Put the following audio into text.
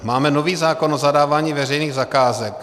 Máme nový zákon o zadávání veřejných zakázek.